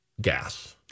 gas